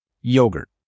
yogurt